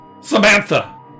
Samantha